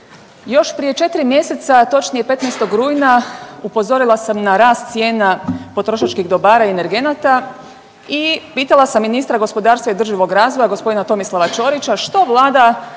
Još prije 4 mjeseca, točnije 15. rujna upozorila sam na rast cijena potrošačkih dobara i energenata i pitala sam ministra gospodarstva i održivog razvoja gospodina Tomislava Ćorića što Vlada